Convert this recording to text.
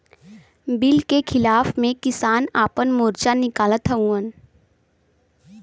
bill के खिलाफ़ में किसान आपन मोर्चा निकालत हउवन